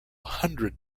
hundred